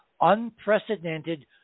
unprecedented